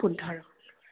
শুদ্ধ আৰু